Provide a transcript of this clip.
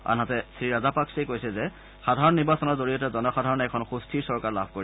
আনহাতে শ্ৰীৰাজাপাকছেই কৈছে যে সাধাৰণ নিৰ্বাচনৰ জৰিয়তে জনসাধাৰণ্ এখন সুস্থিৰ চৰকাৰ লাভ কৰিব